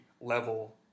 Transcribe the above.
level